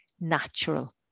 natural